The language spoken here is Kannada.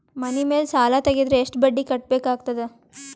ಮನಿ ಮೇಲ್ ಸಾಲ ತೆಗೆದರ ಎಷ್ಟ ಬಡ್ಡಿ ಕಟ್ಟಬೇಕಾಗತದ?